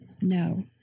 No